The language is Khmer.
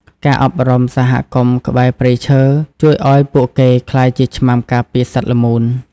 ការអប់រំសហគមន៍ក្បែរព្រៃឈើ ជួយឱ្យពួកគេក្លាយជាឆ្មាំការពារសត្វល្មូន។